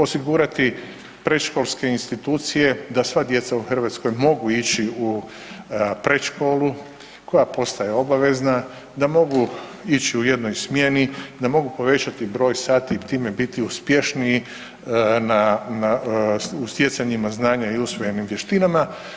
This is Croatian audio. Osigurati predškolske institucije da sva djeca u Hrvatskoj mogu ići u predškolu, koja postaje obavezna, da mogu ići u jednoj smjeni, da mogu povećati broj sati i time biti uspješniji na, u stjecanjima znanja i usvojenim vještinama.